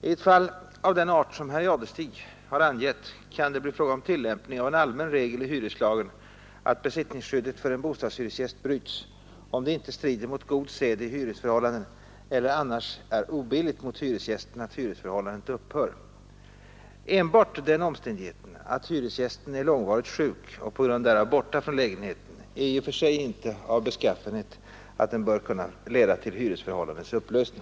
I ett fall av den art som herr Jadestig har angett kan det bli fråga om tillämpning av en allmän regel i hyreslagen att besittningsskyddet för en bostadshyresgäst bryts, om det inte strider mot god sed i hyresförhållanden eller annars är obilligt mot hyresgästen att hyresförhållandet upphör. Enbart den omständigheten att hyresgästen är långvarigt sjuk och på grund därav borta från lägenheten är i och för sig inte av sådan beskaffenhet att den bör kunna leda till hyresförhållandets upplösning.